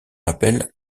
appelle